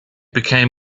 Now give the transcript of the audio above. became